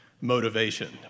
Motivation